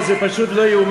זה פשוט לא יאומן,